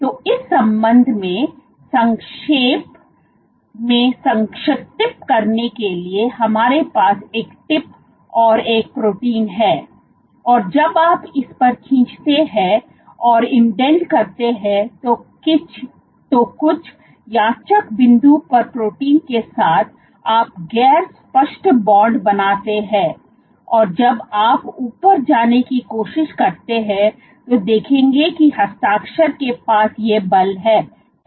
तो इस संबंध में संक्षेप में संक्षिप्त करने के लिए हमारे पास एक टिप और एक प्रोटीन है और जब आप इस पर खींचते हैं और इंडेंट करते हैं तो कुछ यादृच्छिक बिंदु पर प्रोटीन के साथ आप गैर स्पष्ठ बांड बनाते हैं और जब आप ऊपर जाने की कोशिश करते हैं तो देखेंगे कि हस्ताक्षर के पास ये बल है